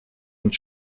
und